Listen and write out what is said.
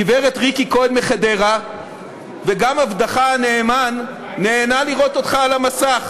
גברת ריקי כהן מחדרה וגם עבדך הנאמן נהנו לראות אותך על המסך.